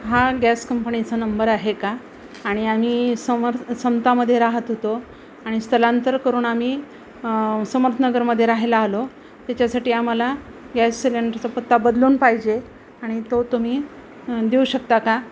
हा गॅस कंपनीचा नंबर आहे का आणि आम्ही समोर समतामध्ये राहत होतो आणि स्थलांतर करून आम्ही समर्थनगरमधे राहिला आलो त्याच्यासाठी आम्हाला गॅस सिलेंडरचा पत्ता बदलून पाहिजे आणि तो तुम्ही देऊ शकता का